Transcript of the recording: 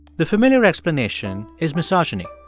the familiar explanation is misogyny.